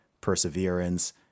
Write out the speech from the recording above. perseverance